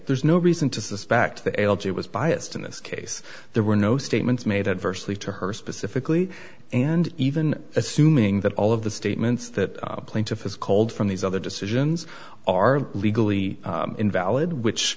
there's no reason to suspect the l g was biased in this case there were no statements made adversely to her specifically and even assuming that all of the statements that the plaintiff has called from these other decisions are legally invalid which